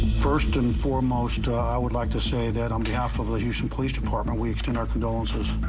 first, and foremost i would like to say that on behalf of the houston police department we extend our condolences.